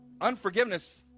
unforgiveness